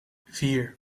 vier